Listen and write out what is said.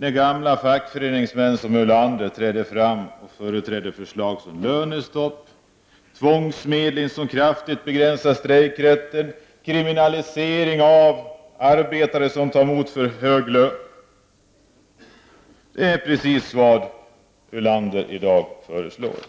att gamla fackföreningsmän som Ulander träder fram och försvarar förslag som lönestopp, tvångsmedling som kraftigt begränsar strejkrätten och kriminalisering av arbetare som tar emot för hög lön. För det är precis vad Ulander i dag föreslår.